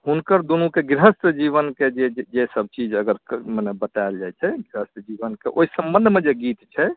हुनकर दुनुके जे गृहस्थ जीवनके जे जे सभचीज अगर मने बतायल जाइत छै गृहस्थ जीवनके ओहि सम्बन्धमे जे गीत छै